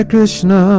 Krishna